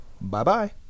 Bye-bye